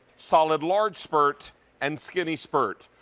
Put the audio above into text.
solid large spurt and skinny spurt.